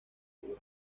buono